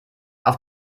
auf